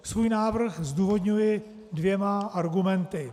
Svůj návrh zdůvodňuji dvěma argumenty.